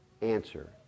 answer